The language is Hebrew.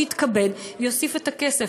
שיתכבד ויוסיף את הכסף.